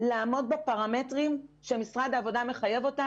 לעמוד בפרמטרים שמשרד העבודה מחייב על מנת